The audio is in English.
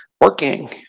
working